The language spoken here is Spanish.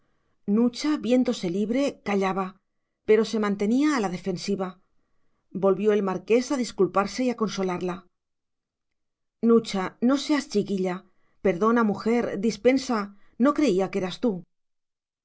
nucha viéndose libre callaba pero se mantenía a la defensiva volvió el marqués a disculparse y a consolarla nucha no seas chiquilla perdona mujer dispensa no creía que eras tú